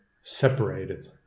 separated